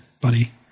buddy